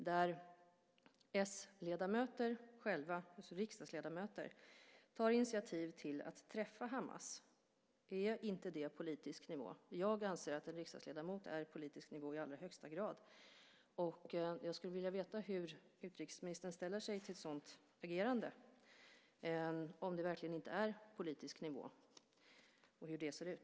Socialdemokratiska riksdagsledamöter tar själva initiativ till att träffa Hamas. Är inte det politisk nivå? Jag anser att en riksdagsledamot är politisk nivå i allra högsta grad. Jag skulle vilja veta hur utrikesministern ställer sig till ett sådant agerande, om det verkligen inte är politisk nivå, och hur det ser ut.